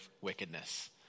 wickedness